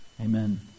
Amen